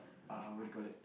uh what do you call it